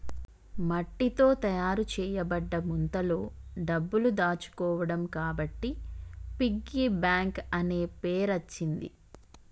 మట్టితో తయారు చేయబడ్డ ముంతలో డబ్బులు దాచుకోవడం కాబట్టి పిగ్గీ బ్యాంక్ అనే పేరచ్చింది